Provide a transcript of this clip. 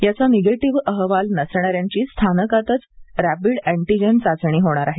याचा निगेटिव्ह अहवाल नसणाऱ्यांची स्थानकातच रॅपिड ऍन्टिजेन चाचणी होणार आहे